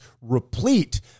replete